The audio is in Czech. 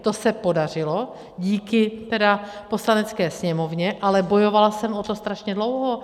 To se podařilo díky tedy Poslanecké sněmovně, ale bojovala jsem o to strašně dlouho.